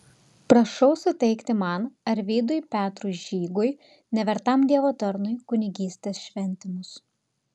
prašau suteikti man arvydui petrui žygui nevertam dievo tarnui kunigystės šventimus